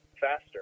faster